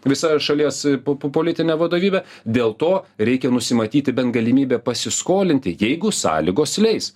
visa šalies po politinė vadovybė dėl to reikia nusimatyti bent galimybę pasiskolinti jeigu sąlygos leis